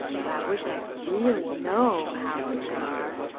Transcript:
but i wish i could really know how things are!